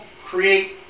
create